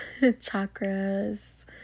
chakras